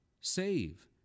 save